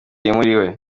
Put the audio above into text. yimuriwe